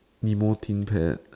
nemo Thinkpad